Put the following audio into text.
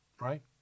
Right